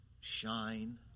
shine